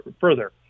further